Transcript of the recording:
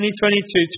2022